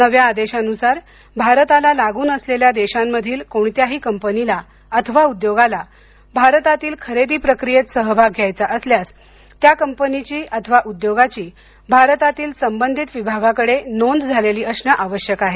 नव्या आदेशानुसार भारताला लागून असलेल्या देशांमधील कोणत्याही कंपनीला अथवा उद्योगाला भारतातील खरेदी प्रक्रियेत सहभाग घ्यायचा असल्यास त्या कंपनीची अथवा उद्योगाची भारतातील संबंधित विभागाकडं नोंद झालेली असणं आवश्यक आहे